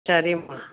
சரிம்மா